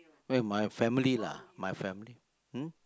with my family lah my family hmm